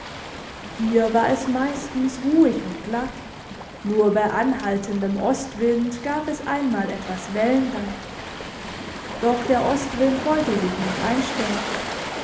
hier war es meistens ruhig und glatt nur bei anhaltendem ostwind gab es einmal etwas wellengang doch der ostwind wollte sich nicht einstellen